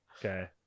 Okay